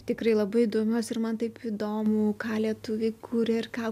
tikrai labai domiuos ir man taip įdomu ką lietuviai kuria ir ką